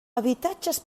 habitatges